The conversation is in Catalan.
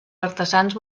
artesans